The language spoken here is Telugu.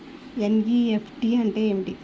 ఎన్.ఈ.ఎఫ్.టీ అంటే ఏమిటీ?